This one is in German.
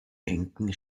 denken